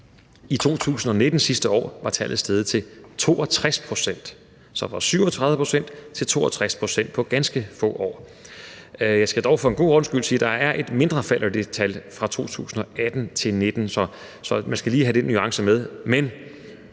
I 2019, sidste år, var tallet steget til 62 pct. Så det er gået fra 37 pct. til 62 pct. på ganske få år. Jeg skal dog for en god ordens skyld sige, at der er et mindre fald i det tal fra 2018 til 2019, så man skal lige have den nuance med.